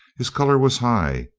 his color was high,